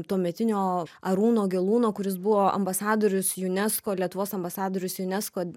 tuometinio arūno gelūno kuris buvo ambasadorius unesco lietuvos ambasadorius unesco